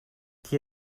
qui